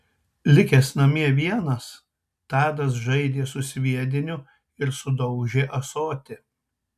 likęs namie vienas tadas žaidė su sviediniu ir sudaužė ąsotį